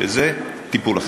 שזה טיפול אחר.